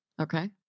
Okay